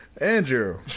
Andrew